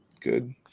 Good